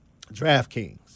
DraftKings